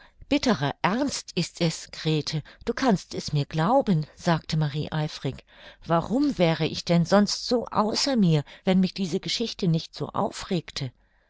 bitterer ernst ist es grete du kannst es mir glauben sagte marie eifrig warum wäre ich denn sonst so außer mir wenn mich diese geschichte nicht so aufregte